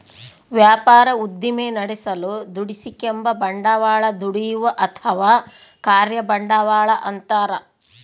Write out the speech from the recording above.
ವ್ಯಾಪಾರ ಉದ್ದಿಮೆ ನಡೆಸಲು ದುಡಿಸಿಕೆಂಬ ಬಂಡವಾಳ ದುಡಿಯುವ ಅಥವಾ ಕಾರ್ಯ ಬಂಡವಾಳ ಅಂತಾರ